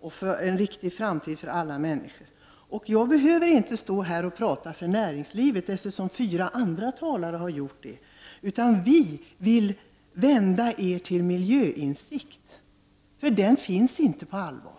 och en riktig framtid för alla människor. Jag behöver här inte tala för näringslivet, eftersom fyra andra talare har gjort det. Vad vi vill är att vända er andra till miljöinsikt. Någon allvarlig sådan har man inte.